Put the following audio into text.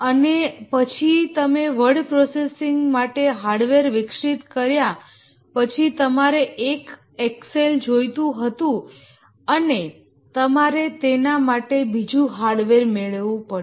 અને પછી તમે વર્ડ પ્રોસેસિંગ માટે હાર્ડવેર વિકસિત કર્યા પછી તમારે એક એક્સેલ જોઈતું હતું અને તમારે તેના માટે બીજું હાર્ડવેર મેળવવું પડ્યું